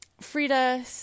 Frida